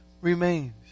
remains